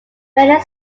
many